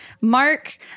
Mark